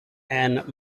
and